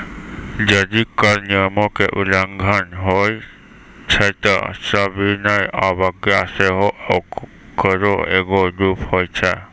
जदि कर नियमो के उल्लंघन होय छै त सविनय अवज्ञा सेहो एकरो एगो रूप होय छै